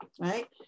right